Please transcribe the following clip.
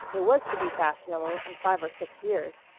it was to be fashionable in five or six years.